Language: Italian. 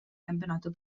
campionato